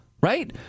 right